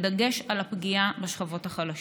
בדגש על הפגיעה בשכבות החלשות.